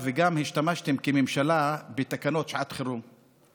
גם כממשלה השתמשתם בתקנות לשעת חירום.